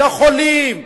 חולים,